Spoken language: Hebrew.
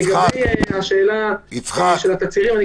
לגבי שאלה של תצהירים,